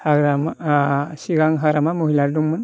हाग्रामा सिगां हाग्रामा महिलारि दंमोन